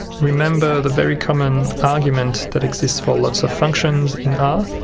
remember the very common argument that exists for lots of functions in r,